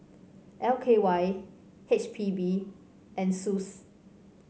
L K Y H P B and SUSS